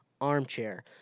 ARMchair